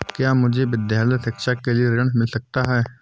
क्या मुझे विद्यालय शिक्षा के लिए ऋण मिल सकता है?